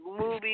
movie –